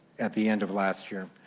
at the end of last year.